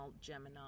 Gemini